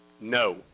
no